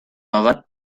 bagara